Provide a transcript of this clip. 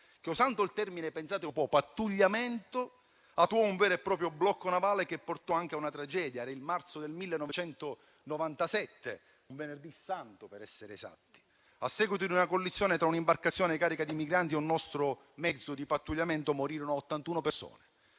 "pattugliamento" - pensate un po' - attuò un vero e proprio blocco navale, che portò anche a una tragedia: era il marzo del 1997, un venerdì santo per essere esatti, quando, a seguito di una collisione tra un'imbarcazione carica di migranti e un nostro mezzo di pattugliamento, morirono 81 persone.